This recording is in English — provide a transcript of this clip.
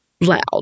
loud